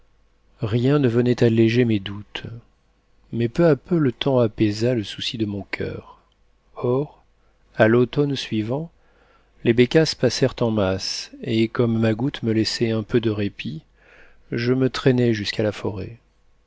rien ne venait alléger mes doutes mais peu à peu le temps apaisa le souci de mon coeur or à l'automne suivant les bécasses passèrent en masse et comme ma goutte me laissait un peu de répit je me traînai jusqu'à la forêt